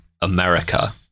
America